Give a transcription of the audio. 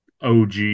OG